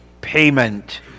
payment